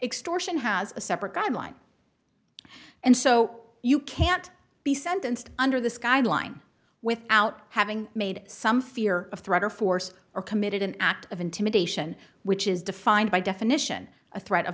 extortion has a separate guideline and so you can't be sentenced under the skyline without having made some fear of threat or force or committed an act of intimidation which is defined by definition a threat